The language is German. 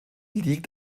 liegt